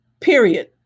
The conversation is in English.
Period